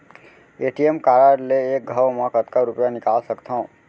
ATM card ले एक घव म कतका रुपिया निकाल सकथव?